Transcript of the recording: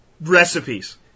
recipes